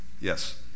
Yes